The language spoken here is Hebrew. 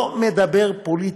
אני לא מדבר פוליטיקה.